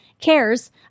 cares